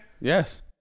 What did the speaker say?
Yes